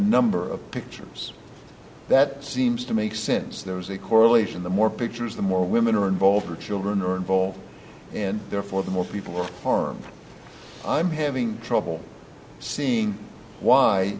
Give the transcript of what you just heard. number of pictures that seems to make sense there is a correlation the more pictures the more women are involved or children are involved and therefore the more people will form i'm having trouble seeing